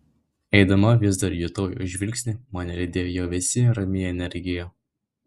eidama vis dar jutau jo žvilgsnį mane lydėjo jo vėsi rami energija